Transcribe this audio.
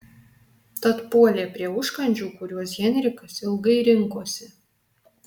tad puolė prie užkandžių kuriuos henrikas ilgai rinkosi